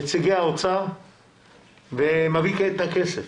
נציגי האוצר ומביא את הכסף.